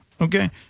Okay